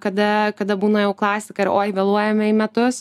kada kada būna jau klasika ir oi vėluojame į metus